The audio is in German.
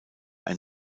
ein